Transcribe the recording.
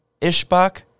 Ishbak